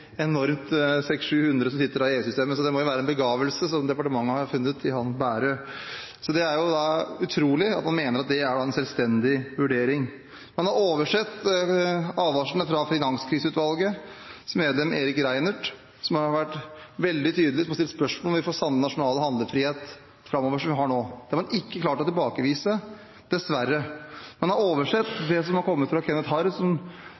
enormt – 600–700 som sitter der i EU-systemet, så det må jo være en begavelse som departementet har funnet i han Bærøe! Det er jo utrolig at man mener at det er en selvstendig vurdering. Man har oversett advarslene fra Finanskriseutvalgets medlem Erik Reinert, som har vært veldig tydelig, som har stilt spørsmål om vi får samme nasjonale handlefrihet framover som vi har nå. Man har ikke klart å tilbakevise noe der, dessverre. Man har oversett det som har